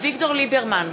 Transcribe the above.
אביגדור ליברמן,